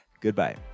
goodbye